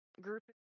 group